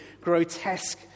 grotesque